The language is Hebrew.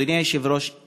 אדוני היושב-ראש,